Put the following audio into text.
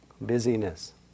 busyness